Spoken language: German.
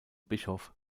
bischof